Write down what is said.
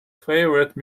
favourite